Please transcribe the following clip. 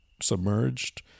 submerged